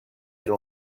elle